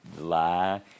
Lie